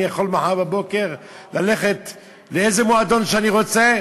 אני יכול מחר בבוקר ללכת לאיזה מועדון שאני רוצה.